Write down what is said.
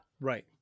right